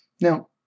Now